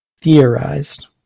theorized